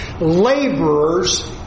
Laborers